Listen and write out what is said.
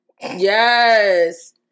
yes